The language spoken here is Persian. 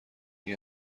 این